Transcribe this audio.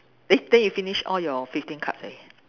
later you finish all your fifteen cards eh